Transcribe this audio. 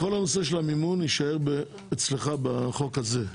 כל הנושא של המימון יישאר אתך בחוק הזה.